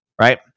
Right